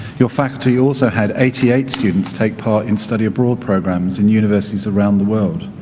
your faculty also had eighty eight students take part in study abroad programs in universities around the world.